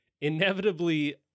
inevitably